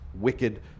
wicked